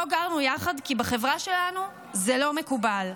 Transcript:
לא גרנו יחד כי בחברה שלנו זה לא מקובל,